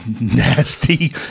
nasty